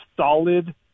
solid